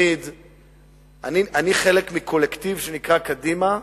אני חלק מקולקטיב שנקרא קדימה,